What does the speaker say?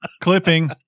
Clipping